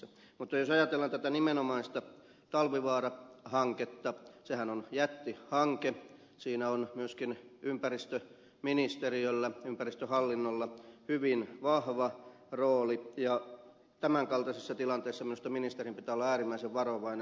mutta jos ajatellaan tätä nimenomaista talvivaara hanketta sehän on jättihanke siinä on myöskin ympäristöministeriöllä ympäristöhallinnolla hyvin vahva rooli ja tämän kaltaisissa tilanteissa minusta ministerin pitää olla äärimmäisen varovainen